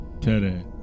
Today